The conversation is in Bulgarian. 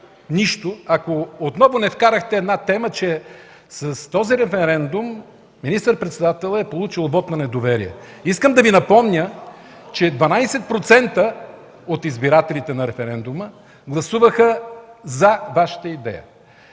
нищо, ако отново не вкарахте една тема, че с този референдум министър-председателят е получил вот на недоверие. Искам да Ви напомня, че 12% от избирателите на референдума гласуваха „за” Вашата идея,